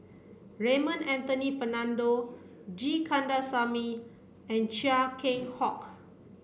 Raymond Anthony Fernando G Kandasamy and Chia Keng Hock